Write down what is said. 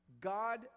God